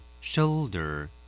Shoulder